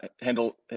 handle